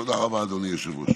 תודה רבה, אדוני היושב-ראש.